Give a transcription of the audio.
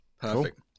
Perfect